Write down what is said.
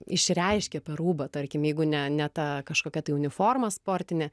išreiškia per rūbą tarkim jeigu ne ne ta kažkokia tai uniforma sportinė